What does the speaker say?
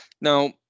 Now